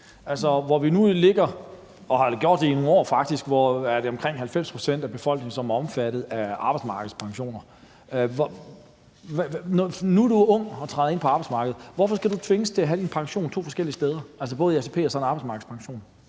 som det faktisk har været i nogle år, er omkring 90 pct. af befolkningen omfattet af arbejdsmarkedspensioner. Hvis man nu er ung og træder ind på arbejdsmarkedet, hvorfor skal man så tvinges til at have sin pension to forskellige steder, altså både i ATP og i form af en arbejdsmarkedspension?